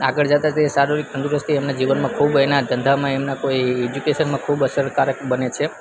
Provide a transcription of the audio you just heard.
આગળ જતાં તે શારીરિક તંદુરસ્તી એમના જીવનમાં ખૂબ એના ધંધામાં એમના કોઈ એજ્યુકેશનમાં ખૂબ અસરકારક બને છે